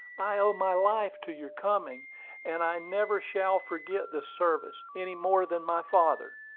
i owe my life to your coming and i never shall forget this service, any more than my father,